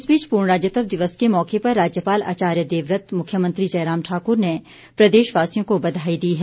इस बीच पूर्ण राज्यत्व दिवस के मौके पर राज्यपाल आचार्य देवव्रत मुख्यमंत्री जयराम ठाकुर ने प्रदेशवासियों को बधाई दी है